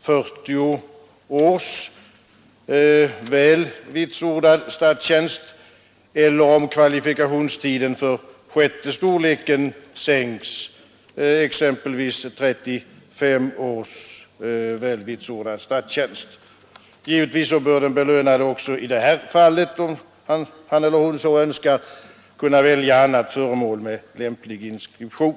40 års väl vitsordad statstjänst eller, om kvalifikationstiden för sjätte storleken sänks, för exempelvis 35 års väl vitsordad statstjänst. Givetvis bör den belönade också i detta fall, om han eller hon så önskar, kunna välja ett föremål med lämplig inskription.